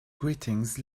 greetings